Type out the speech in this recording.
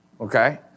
okay